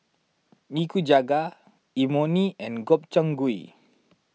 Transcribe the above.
Nikujaga Imoni and Gobchang Gui